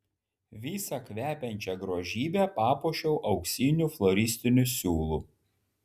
visą kvepiančią grožybę papuošiau auksiniu floristiniu siūlu